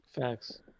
Facts